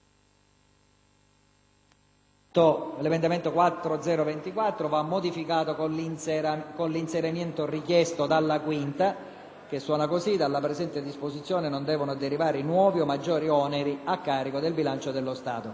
1985, n. 124. Dalla presente disposizione non devono derivare nuovi o maggiori oneri a carico del bilancio dello Stato.».